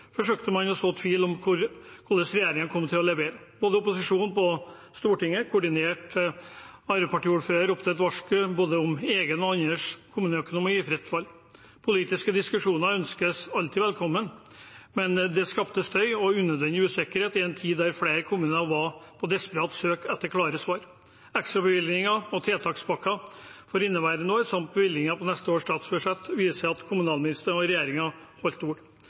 forsøkte man å så tvil om hvordan regjeringen kom til å levere. Det kom fra både opposisjonen på Stortinget og koordinerte arbeiderpartiordførere som ropte et varsku om både egen og andres kommuneøkonomi i fritt fall. Politiske diskusjoner ønskes alltid velkommen, men det skapte støy og unødvendig usikkerhet i en tid da flere kommuner var på desperat søk etter klare svar. Ekstrabevilgninger og tiltakspakker for inneværende år samt bevilgninger på neste års statsbudsjett viser at kommunalministeren og regjeringen holdt ord.